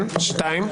שתיים?